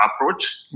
approach